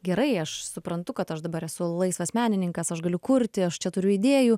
gerai aš suprantu kad aš dabar esu laisvas menininkas aš galiu kurti aš čia turiu idėjų